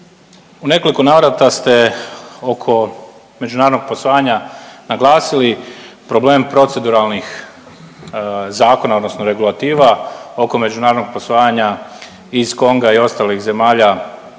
u nekoliko navrata ste oko međunarodnog posvajanja naglasili problem proceduralnih zakona odnosno regulativa oko međunarodnog posvajanja iz Konga i ostalih zemalja